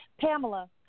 Pamela